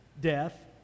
death